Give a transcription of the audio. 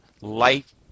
life